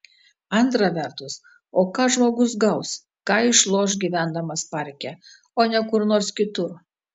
antra vertus o ką žmogus gaus ką išloš gyvendamas parke o ne kur nors kitur